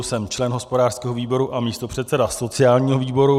Jsem člen hospodářského výboru a místopředseda sociálního výboru.